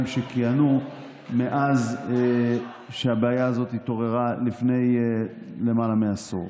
שכיהנו מאז שהבעיה הזאת התעוררה לפני למעלה מעשור.